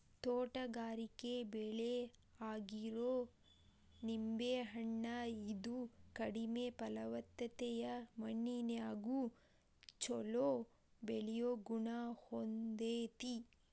ತೋಟಗಾರಿಕೆ ಬೆಳೆ ಆಗಿರೋ ಲಿಂಬೆ ಹಣ್ಣ, ಇದು ಕಡಿಮೆ ಫಲವತ್ತತೆಯ ಮಣ್ಣಿನ್ಯಾಗು ಚೊಲೋ ಬೆಳಿಯೋ ಗುಣ ಹೊಂದೇತಿ